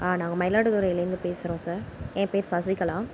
ஆ நாங்கள் மயிலாடுதுறையிலிருந்து பேசுகிறோம் சார் என் பேர் சசிகலா